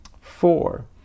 Four